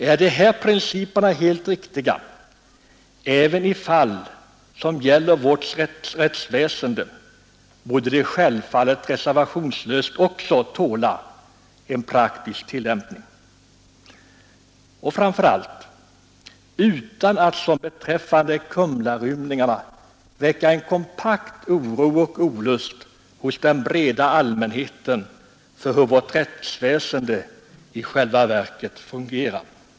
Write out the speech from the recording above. Är de här principerna helt riktiga även i fall som gäller vårt rättsväsende, borde de självfallet reservationslöst tåla en praktisk tillämpning och inte, som beträffande Kumlarymlingarna, väcka en kompakt oro och olust hos den breda allmänheten för hur vårt rättsväsende i själva verket fungerar.